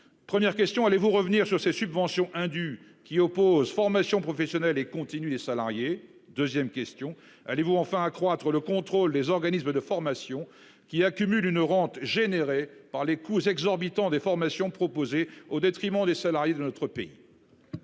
Première question, allez-vous revenir sur ces subventions indues qui oppose, formation professionnelle et continue, des salariés 2ème question allez-vous enfin accroître le contrôle les organismes de formation qui accumule une rente générée par les coûts exorbitants des formations proposées au détriment des salariés de notre pays.--